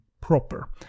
proper